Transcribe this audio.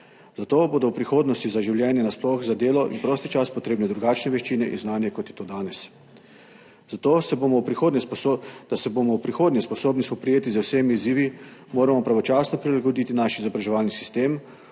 zato bodo v prihodnosti za življenje na sploh za delo in prosti čas potrebne drugačne veščine in znanje kot je to danes. Zato, da se bomo v prihodnje sposobni spoprijeti z vsemi izzivi, moramo pravočasno prilagoditi naš izobraževalni sistem,